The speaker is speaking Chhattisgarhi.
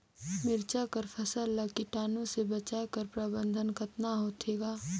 मिरचा कर फसल ला कीटाणु से बचाय कर प्रबंधन कतना होथे ग?